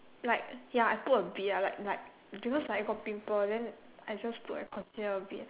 like ya I put a bit ya like like because I got pimple then I just put like concealer a bit